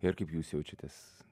ir kaip jūs jaučiatės